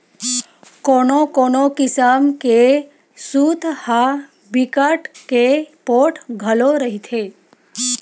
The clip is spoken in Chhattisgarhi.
कोनो कोनो किसम के सूत ह बिकट के पोठ घलो रहिथे